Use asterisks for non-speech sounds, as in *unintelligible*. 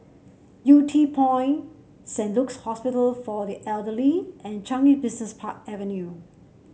Yew Tee Point Saint Luke's Hospital for the Elderly and Changi *unintelligible* Park Avenue